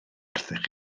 wrthych